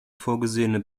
vorgesehene